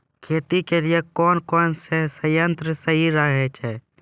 खेती के लिए कौन कौन संयंत्र सही रहेगा?